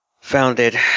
Founded